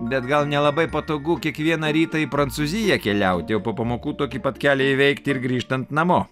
bet gal nelabai patogu kiekvieną rytą į prancūziją keliauti o po pamokų tokį pat kelią įveikti ir grįžtant namo